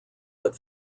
but